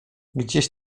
gdzieś